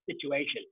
situation